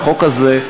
החוק הזה,